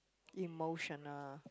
emotional